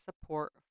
support